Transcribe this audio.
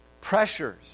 pressures